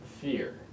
fear